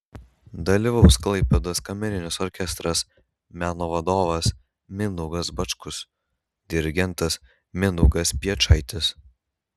dalyvaus klaipėdos kamerinis orkestras meno vadovas mindaugas bačkus dirigentas mindaugas piečaitis